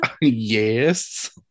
yes